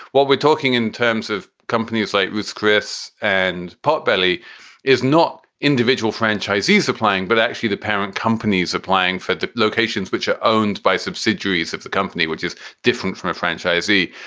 what we're talking in terms of companies like ruth's, chris and potbelly is not individual franchisees are playing, but actually the parent companies are playing for locations which are owned by subsidiaries of the company, which is different from a franchisee.